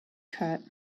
cut